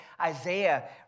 Isaiah